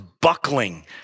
buckling